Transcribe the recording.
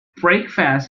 breakfast